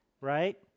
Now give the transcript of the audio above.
right